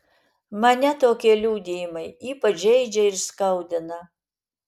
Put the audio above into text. mane tokie liudijimai ypač žeidžia ir skaudina